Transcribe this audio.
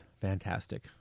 fantastic